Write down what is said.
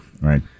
Right